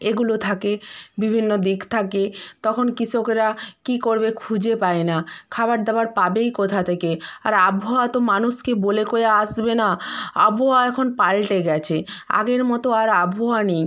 এগুলো থাকে বিভিন্ন দিক থাকে তখন কৃষকরা কী করবে খুঁজে পায় না খাওয়ার দাওয়ার পাবেই কোথা থেকে আর আবহাওয়া তো মানুষকে বলে কয়ে আসবে না আবহাওয়া এখন পালটে গেছে আগের মতো আর আবহাওয়া নেই